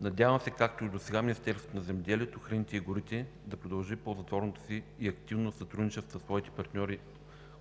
Надявам се както и досега Министерството на земеделието, храните и горите да продължи ползотворното си и активно сътрудничество със своите партньори